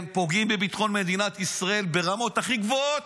פוגעים בביטחון מדינת ישראל ברמות הכי גבוהות.